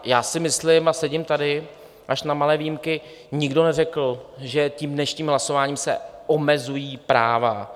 Já si myslím, a sedím tady až na malé výjimky, nikdo neřekl, že tím dnešním hlasováním se omezují práva.